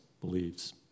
believes